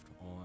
on